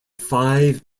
five